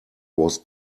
was